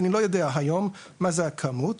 אני לא יודע היום מה זה הכמות,